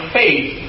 faith